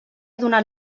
donat